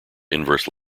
inverse